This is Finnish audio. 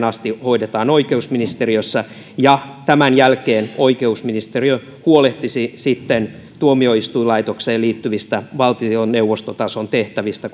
asti hoidetaan oikeusministeriössä ja tämän jälkeen oikeusministeriö huolehtisi sitten tuomioistuinlaitokseen liittyvistä valtioneuvostotason tehtävistä